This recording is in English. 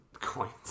coins